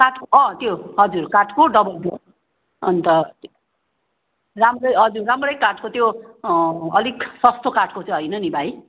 काठ अँ त्यो हजुर काठको डबल डुअर अन्त राम्रै हजुर राम्रै काठको त्यो अलिक सस्तो काठको चाहिँ होइन नि भाइ